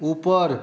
ऊपर